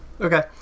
Okay